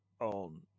on